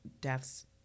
deaths